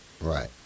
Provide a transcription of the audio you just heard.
Right